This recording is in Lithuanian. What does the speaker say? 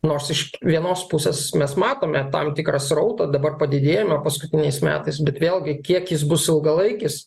nors iš vienos pusės mes matome tam tikrą srautą dabar padidėjimo paskutiniais metais bet vėlgi kiek jis bus ilgalaikis